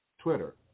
Twitter